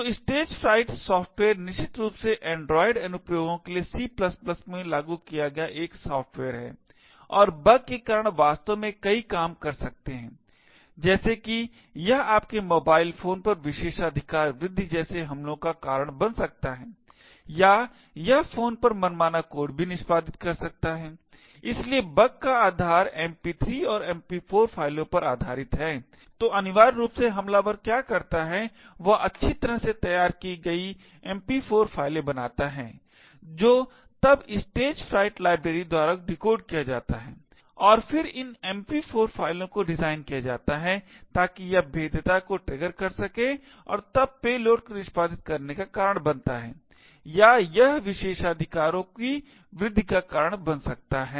तो Stagefright software निश्चित रूप से एंड्रॉइड अनुप्रयोगों के लिए C में लागू किया गया एक सॉफ़्टवेयर है और बग के कारण वास्तव में कई काम कर सकते हैं जैसे कि यह आपके मोबाइल फोन पर विशेषाधिकार वृद्धि जैसे हमलों का कारण बन सकता है या यह फोन पर मनमाना कोड भी निष्पादित कर सकता है इसलिए बग का आधार MP3 और MP4 फ़ाइलों पर आधारित है तो अनिवार्य रूप से हमलावर क्या करता है वह अच्छी तरह से तैयार की गई MP4 फाइलें बनाता है जो तब स्टेजफ्राइट लाइब्रेरी द्वारा डिकोड किया जाता है और फिर इन MP4 फ़ाइलों को डिज़ाइन किया जाता है ताकि यह भेद्यता को ट्रिगर कर सके और तब पेलोड को निष्पादित करने का कारण बनता है या यह विशेषाधिकारों की वृद्धि का कारण बन सकता है